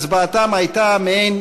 הצבעתם הייתה מעין